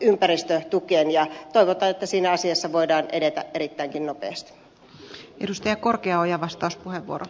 toivotaan että siinä asiassa voidaan edetä erittäinkin nopeasti